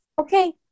Okay